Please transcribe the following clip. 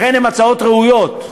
לכן הן הצעות ראויות.